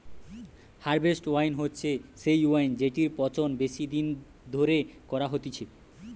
harvest wine হচ্ছে সেই wine জেটির পচন বেশি দিন ধরে করা হতিছে